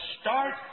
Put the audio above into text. start